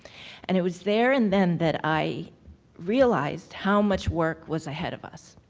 and it was there and then that i realized how much work was ahead of us,